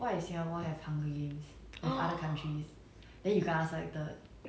then we won't we won't survive Singapore won't survive [one] I feel like Singapore won't survive